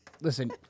Listen